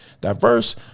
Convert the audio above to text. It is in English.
diverse